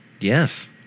Yes